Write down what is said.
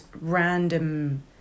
random